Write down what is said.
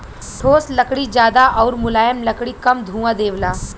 ठोस लकड़ी जादा आउर मुलायम लकड़ी कम धुंआ देवला